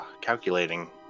calculating